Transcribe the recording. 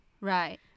Right